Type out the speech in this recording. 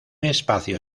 espacio